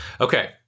okay